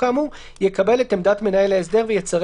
ובית המשפט יורה כאמור רק אם סבר כי התקיים אחד מאלה: (א)